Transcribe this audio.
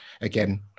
again